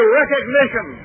recognition